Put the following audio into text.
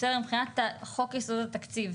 מבחינת חוק יסודות התקציב,